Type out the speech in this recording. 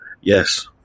Yes